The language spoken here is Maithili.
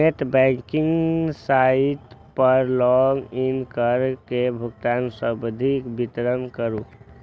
नेट बैंकिंग साइट पर लॉग इन कैर के भुगतान संबंधी विवरण भरू